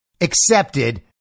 accepted